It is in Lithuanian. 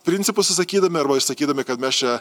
principus išsakydami arba išsakydami kad mes čia